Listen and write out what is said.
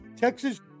Texas